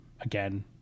again